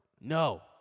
No